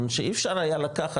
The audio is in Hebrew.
זאת אומרת שאי אפשר היה לקחת,